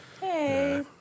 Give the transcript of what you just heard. hey